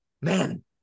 man